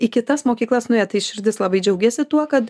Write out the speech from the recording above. į kitas mokyklas nuėję tai širdis labai džiaugiasi tuo kad